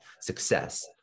success